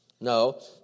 No